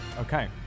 Okay